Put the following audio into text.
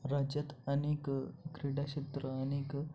राज्यात अनेक क्रीडाक्षेत्र अनेक